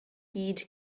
gyd